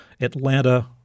Atlanta